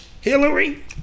hillary